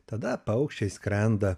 tada paukščiai skrenda